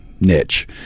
niche